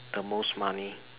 the most money